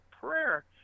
prayer